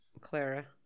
Clara